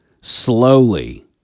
slowly